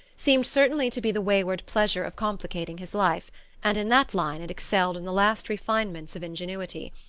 seemed certainly to be the wayward pleasure of complicating his life and in that line it excelled in the last refinements of ingenuity.